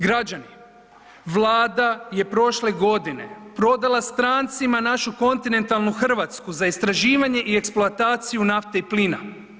Građani, Vlada je prošle godine prodala strancima našu kontinentalnu Hrvatsku za istraživanje i eksploataciju nafte i plina.